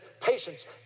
patience